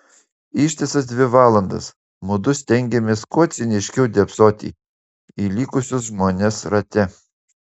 ištisas dvi valandas mudu stengėmės kuo ciniškiau dėbsoti į likusius žmones rate